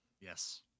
Yes